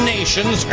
Nations